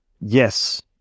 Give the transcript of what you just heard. yes